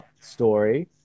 story